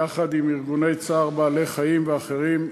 יחד עם ארגוני צער בעלי-חיים ואחרים,